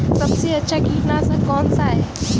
सबसे अच्छा कीटनाशक कौनसा है?